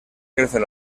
crecen